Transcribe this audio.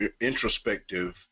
introspective